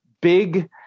big